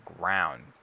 ground